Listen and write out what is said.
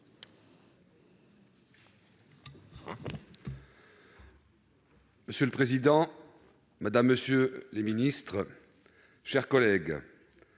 Monsieur le président, madame, monsieur les ministres, mes chers collègues,